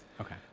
Okay